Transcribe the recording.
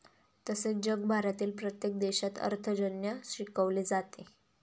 तसेच जगभरातील प्रत्येक देशात अर्थार्जन शिकवले जाते